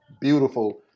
beautiful